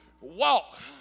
Walk